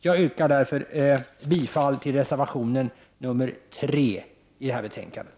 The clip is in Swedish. Jag yrkar därför bifall till reservation 3 vid det här betänkandet.